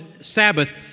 Sabbath